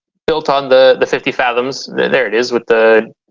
built on the the fifty fathoms. there there it is with the.